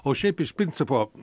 o šiaip iš principo